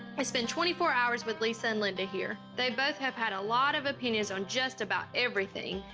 i spent twenty four hours with lisa and linda here. they both have had a lot of opinions on just about everything,